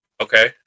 Okay